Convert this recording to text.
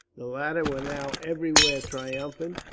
the latter were now everywhere triumphant,